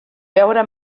beure